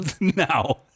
Now